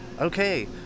Okay